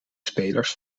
spelers